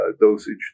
dosage